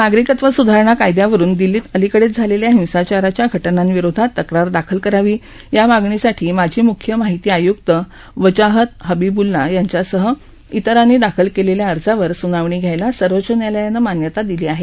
नागरिकत्व सुधारणा कायदयावरून दिल्लीत अलिकडेच झालेल्या हिंसाचाराच्या घटनांविरोधात तक्रार दाखल करावी या मागणीसाठी माजी मुख्य माहिती आयुक्त वजाहत हबीब्ल्ला यांच्यासह इतरांनी दाखल केलेल्या अर्जावर सुनावणी घ्यायला सर्वोच्च न्यायालयानं मान्यता दिली आहे